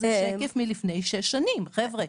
זה שקף מלפני שש שנים, חבר'ה.